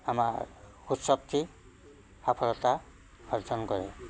আমাৰ সুশক্তি সাফলতা অৰ্জন কৰে